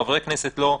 חברי כנסת לא,